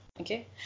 okay